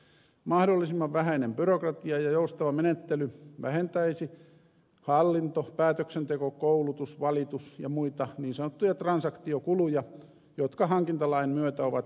mahdollisimman vähäinen byrokratia ja joustava menettely vähentäisi hallinto päätöksenteko koulutus valitus ja muita niin sanottuja transaktiokuluja jotka hankintalain myötä ovat kasvaneet